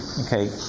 Okay